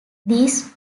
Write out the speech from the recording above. these